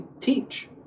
teach